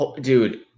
Dude